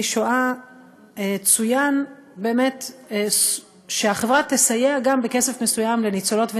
השואה צוין שהחברה תסייע בכסף מסוים לניצולות וניצולים,